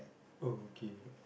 okay